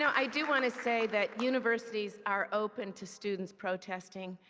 i do want to say that universities are open to students protesting.